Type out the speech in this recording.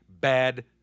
bad